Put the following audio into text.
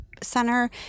center